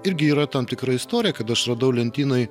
irgi yra tam tikra istorija kad aš radau lentynoj